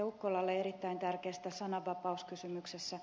ukkolalle erittäin tärkeästä sananvapauskysymyksestä